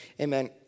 Amen